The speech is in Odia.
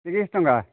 ତିରିଶ ଟଙ୍କା